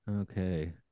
okay